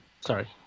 sorry